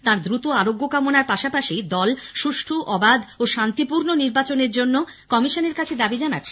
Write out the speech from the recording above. তাঁর দ্রুত আরোগ্য কামনার পাশাপাশি দল সুষ্ঠু অবাধ ও শান্তিপূর্ণ নির্বাচন করা জন্য কমিশনের কাছে দাবি জানাচ্ছে